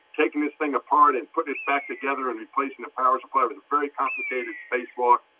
taking this thing apart and put it back together and replacing the power supply with a very complicated spacewalk.